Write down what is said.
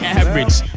average